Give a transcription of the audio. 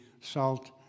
salt